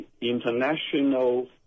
international